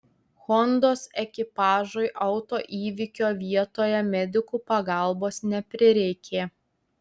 hondos ekipažui autoįvykio vietoje medikų pagalbos neprireikė